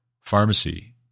pharmacy